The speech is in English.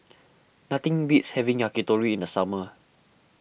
nothing beats having Yakitori in the summer